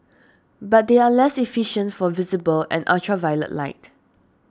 but they are less efficient for visible and ultraviolet light